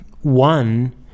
one